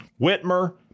Whitmer